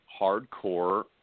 hardcore